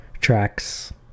tracks